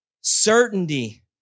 certainty